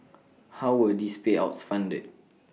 how were these payouts funded